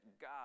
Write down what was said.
God